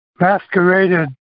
masqueraded